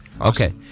Okay